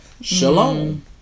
Shalom